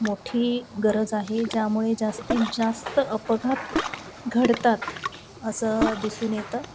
मोठी गरज आहे ज्यामुळे जास्तीत जास्त अपघात घडतात असं दिसून येतं